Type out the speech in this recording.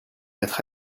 être